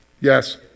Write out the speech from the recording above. Yes